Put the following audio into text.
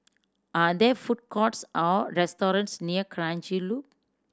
are there food courts or restaurants near Kranji Loop